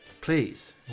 Please